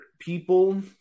people